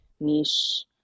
niche